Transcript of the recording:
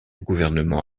gouvernement